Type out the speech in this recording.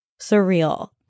surreal